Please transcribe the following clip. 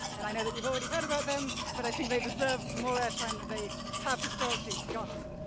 and i know that you've already heard about them, but i think they deserve more airtime than they have historically gotten.